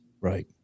right